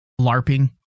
LARPing